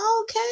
okay